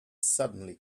suddenly